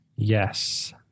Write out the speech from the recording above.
Yes